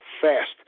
fast